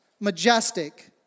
Majestic